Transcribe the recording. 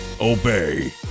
obey